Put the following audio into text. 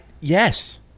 Yes